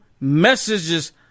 messages